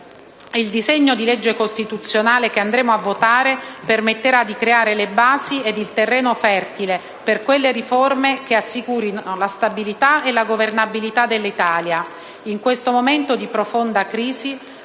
il disegno di legge costituzionale che andremo a votare permetterà di creare le basi ed il terreno fertile per quelle riforme che assicurino la stabilità e la governabilità dell'Italia in questo momento di profonda crisi,